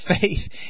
faith